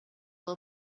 will